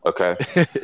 Okay